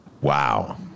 Wow